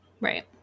Right